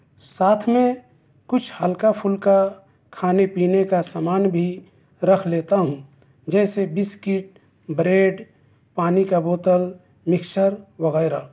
ساتھ میں کچھ ہلکا پھلکا کھانے پینے کا سامان بھی رکھ لیتا ہوں جیسے بسکٹ بریڈ پانی کا بوتل مکسچر وغیرہ